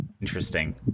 interesting